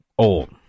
old